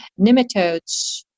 nematodes